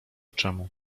czemu